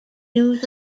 news